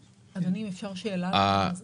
אדוני, אם אפשר שאלה בעניין הזה?